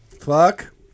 Fuck